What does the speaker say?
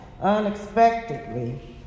unexpectedly